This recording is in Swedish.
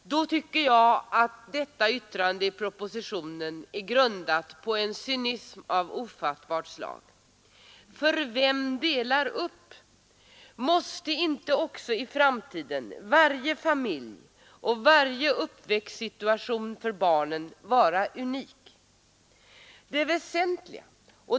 Jag tycker att utskottets yttrande är grundat på en cynism av ofattbart slag. För vem delar upp? Måste inte också i framtiden varje familj och uppväxtsituation för barnen vara unik?